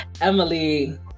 Emily